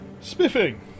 Spiffing